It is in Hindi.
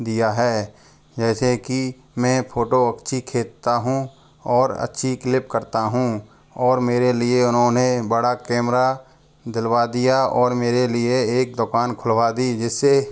दिया है जैसे की मैं फोटो अच्छी खींचता हूँ और अच्छी क्लिक करता हूँ और मेरे लिए उन्होंने बड़ा कैमरा दिलवा दिया और मेरे लिए एक दुकान खुलवा दी जिससे